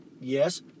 Yes